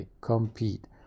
compete